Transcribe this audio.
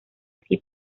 así